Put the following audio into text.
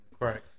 Correct